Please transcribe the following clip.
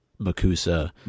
Makusa